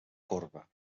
corba